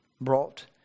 brought